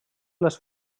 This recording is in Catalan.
les